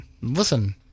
Listen